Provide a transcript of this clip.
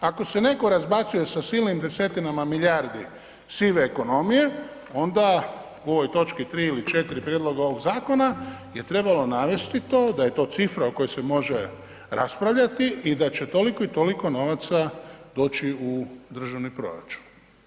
Ako se netko razbacuje sa silnim desetinama milijardi sive ekonomije, onda u ovoj točki 3 ili 4 prijedloga ovog zakona je trebalo navesti to, da je to cifra o kojoj se može raspravljati i da će toliko i toliko novaca doći u državni proračun.